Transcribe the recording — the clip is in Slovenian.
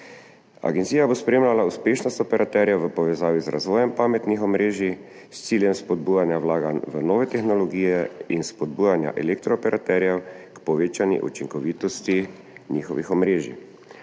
Agencija bo spremljala uspešnost operaterjev v povezavi z razvojem pametnih omrežij s ciljem spodbujanja vlaganj v nove tehnologije in spodbujanja elektrooperaterjev k povečani učinkovitosti njihovih omrežij.